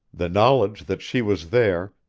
the knowledge that she was there,